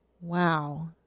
Wow